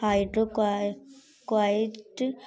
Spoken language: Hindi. हाइड्रो कोआई कोआइड